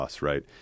Right